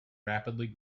rapidly